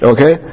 Okay